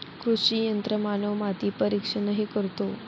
कृषी यंत्रमानव माती परीक्षणही करतो